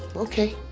okay.